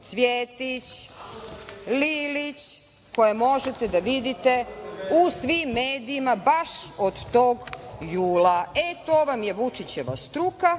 Cvjetić, Lilić, koje možete da vidite u svim medijima baš od tog jula. E, to vam je Vučićeva struka,